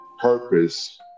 purpose